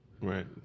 Right